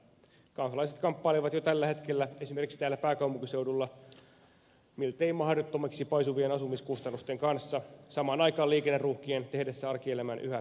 kansalaiset kamppailevat jo tällä hetkellä esimerkiksi täällä pääkaupunkiseudulla miltei mahdottomiksi paisuvien asumiskustannusten kanssa samaan aikaan liikenneruuhkien tehdessä arkielämän yhä haastavammaksi